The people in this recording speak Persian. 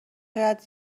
شاید